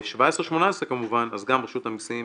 ב-2017-2018 כמובן, אז גם רשות המיסים